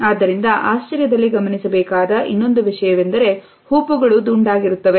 ಆದ್ದರಿಂದ ಆಶ್ಚರ್ಯದಲ್ಲಿ ಗಮನಿಸಬೇಕಾದ ಇನ್ನೊಂದು ವಿಷಯವೆಂದರೆ ಹುಬ್ಬುಗಳು ದುಂಡಾಗಿರುತ್ತವೆ